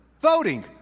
Voting